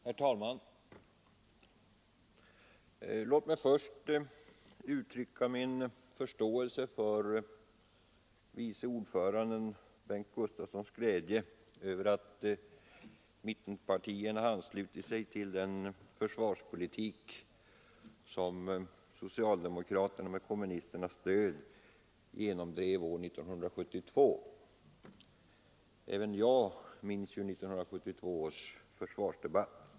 Herr talman! Låt mig först uttrycka min förståelse för den glädje som vice ordföranden i försvarsutskottet Bengt Gustavsson visat över att mittenpartierna anslutit sig till den försvarspolitik som socialdemokraterna med kommunisternas stöd genomdrev år 1972. Även jag minns 1972 års försvarsdebatt.